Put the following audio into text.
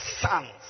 sons